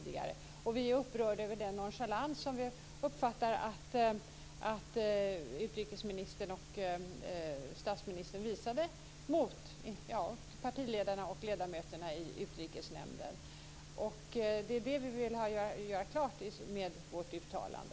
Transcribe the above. Vi är också upprörda över den nonchalans som vi uppfattar att utrikesministern och statsministern visade mot partiledarna och ledamöterna i utrikesnämnden. Det är det som vi vill göra klart med vårt uttalande.